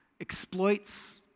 exploits